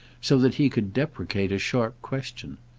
so that he could deprecate a sharp question.